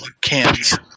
cans